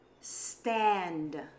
stand